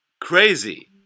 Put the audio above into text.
Crazy